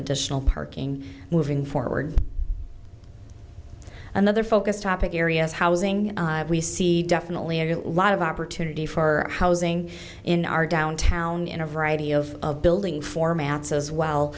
additional parking moving forward another focus topic areas housing we see definitely a lot of opportunity for housing in our downtown in a variety of of building formats as well